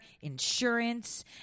insurance